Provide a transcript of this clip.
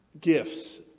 gifts